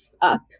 up